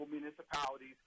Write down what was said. municipalities